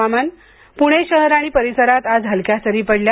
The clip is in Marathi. हवामान पुणे शहर आणि परिसरात आज हलक्या सरी पडल्या